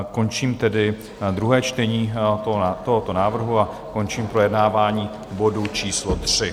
Končím tedy druhé čtení tohoto návrhu a končím projednávání bodu číslo 3.